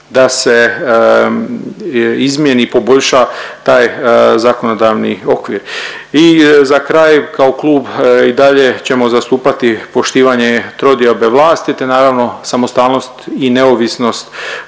da se izmijeni, poboljša taj zakonodavni okvir. I za kraj kao klub i dalje ćemo zastupati poštivanje trodiobe vlasti, te naravno samostalnost i neovisnost